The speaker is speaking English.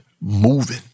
moving